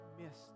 missed